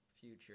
future